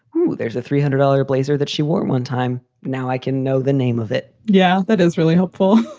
oh, there's a three hundred dollar blazer that she wore one time. now i can know the name of it. yeah, that is really helpful.